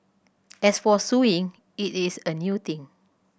as for suing it is a new thing